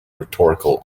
rhetorical